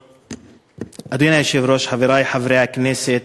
אדוני היושב-ראש, חברי חברי הכנסת,